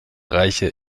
reiche